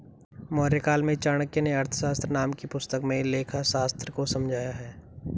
मौर्यकाल में चाणक्य नें अर्थशास्त्र नाम की पुस्तक में लेखाशास्त्र को समझाया है